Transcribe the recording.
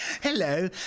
hello